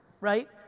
right